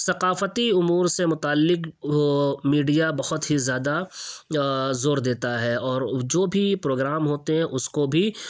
ثقافتی امور سے متعلق میڈیا بہت ہی زیادہ زور دیتا ہے اور جو بھی پروگرام ہوتے ہیں اس کو بھی